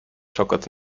chocolate